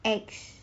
X